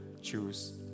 Choose